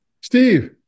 Steve